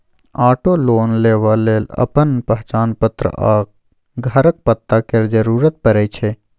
auto loan लेबा लेल अपन पहचान पत्र आ घरक पता केर जरुरत परै छै